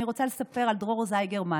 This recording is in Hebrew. אני רוצה לספר על דרור זיגרמן.